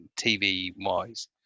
TV-wise